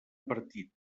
partit